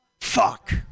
Fuck